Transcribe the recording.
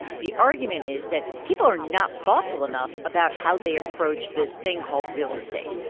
the argument is that people are not thoughtful enough about how they approach this thing called real estate.